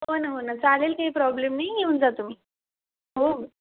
हो नं हो नं चालेल की प्रॉब्लेम नाही येऊन जा तुम्ही हो हो